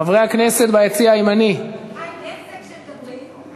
חברי הכנסת ביציע הימני, חיים, איך זה כשמדברים?